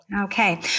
Okay